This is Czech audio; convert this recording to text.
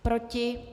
Proti?